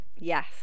Yes